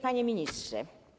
Panie Ministrze!